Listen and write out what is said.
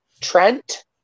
Trent